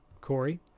Corey